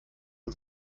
ein